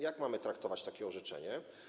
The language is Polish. Jak mamy traktować takie orzeczenie?